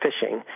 fishing